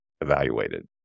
evaluated